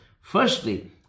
Firstly